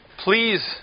Please